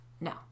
No